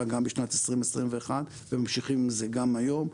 גם בשנת 2021 וממשיכים עם זה גם היום.